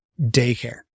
daycare